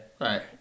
Right